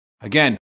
Again